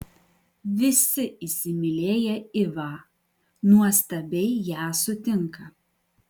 visi įsimylėję ivą nuostabiai ją sutinka